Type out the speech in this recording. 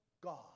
God